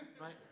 right